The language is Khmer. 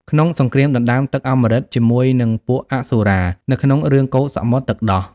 ក្នុងសង្គ្រាមដណ្តើមទឹកអម្រឹតជាមួយនឹងពួកអសុរា នៅក្នុងរឿងកូរសមុទ្រទឹកដោះ។